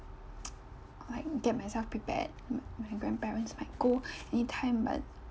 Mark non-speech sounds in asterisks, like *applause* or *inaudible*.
*noise* like get myself prepared m~ my grandparents go anytime but